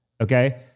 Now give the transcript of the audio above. okay